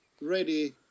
ready